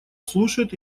слушает